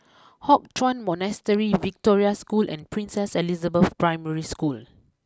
Hock Chuan Monastery Victoria School and Princess Elizabeth Primary School